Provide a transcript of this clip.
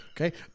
Okay